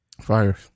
Fire